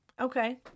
Okay